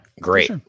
great